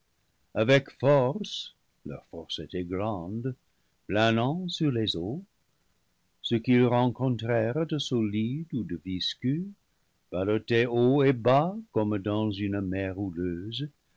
avec force leur force était grande planant sur les eaux ce qu'ils rencontrèrent de solide ou de visqueux balloté haut et bas comme dans une mer houleuse